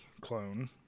clone